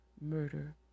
murder